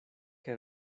que